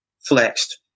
flexed